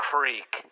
Creek